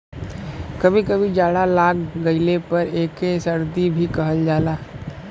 कभी कभी जाड़ा लाग गइले पर एके सर्दी भी कहल जाला